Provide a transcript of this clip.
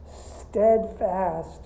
steadfast